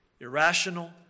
irrational